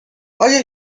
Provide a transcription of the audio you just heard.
آیا